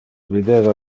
videva